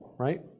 Right